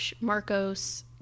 marcos